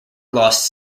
lost